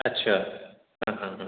आद्सा हो हो हो